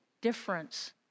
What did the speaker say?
difference